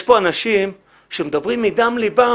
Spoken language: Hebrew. יש פה אנשים שמדברים מדם ליבם,